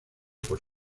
por